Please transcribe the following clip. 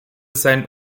sein